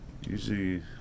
usually